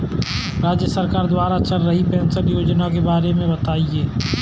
राज्य सरकार द्वारा चल रही पेंशन योजना के बारे में बताएँ?